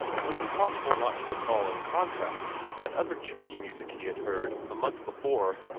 it was impossible not to recall in contrast that other church music he had heard, a month before,